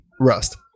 rust